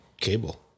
cable